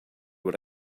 what